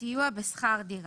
סיוע בשכר דירה.